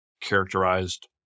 characterized